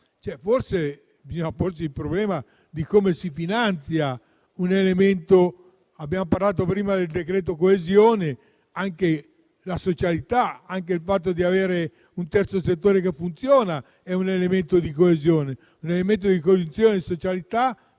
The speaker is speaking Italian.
forse bisogna porsi il problema di come si finanzia un elemento. Abbiamo parlato prima del decreto coesione, ma anche la socialità, anche il fatto di avere un terzo settore che funziona è un elemento di coesione, un elemento di coesione e socialità